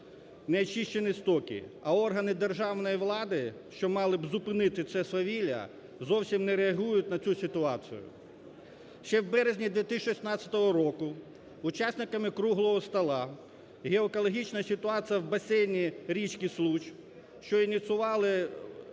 неочищені стоки, а органи державної влади, що мали б зупинити це свавілля, зовсім на реагують на цю ситуацію. Ще в березні 2016 року учасниками круглого столу "Геоекологічна ситуація в басейні річки Случ", що ініціювала